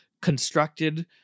constructed